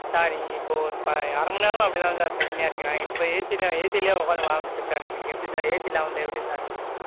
sir இங்கே இப்போது இப்போ அரமணி நேரமாக அப்படி தான் சார் பிரச்சனையாக இருக்குது நாங்கள் இப்போ ஏசியில் ஏசிலேயே உக்கார்ந்து வாழ்ந்துட்டோம் சார் எங்களுக்கு எப்படி சார் ஏசி இல்லாமல் இருந்தால் எப்படி சார்